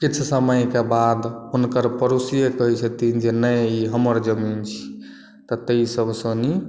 किछु समय के बाद हुनकर पड़ोसीए कहै छथिन जे नहि ई हमर जमीन छी तऽ ताहि सबसे नीक